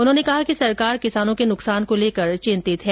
उन्होंने कहा कि सरकार किसानों के नुकसान को लेकर चिंतित है